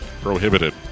prohibited